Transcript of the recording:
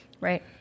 Right